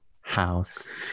house